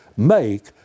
make